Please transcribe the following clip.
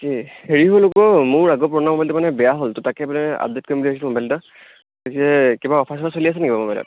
কি হেৰি হ'ল আকৌ মোৰ আগৰ পুৰণা মোবাইলটো মানে বেয়া হ'ল তো তাকে মানে আপডেট কৰিম বুলি ভাবিছিলোঁ মোবাইল এটা পিছে কিবা অফাৰ চফাৰ চলি আছে নেকি বাৰু মোবাইলত